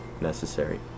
necessary